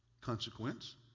Consequence